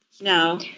no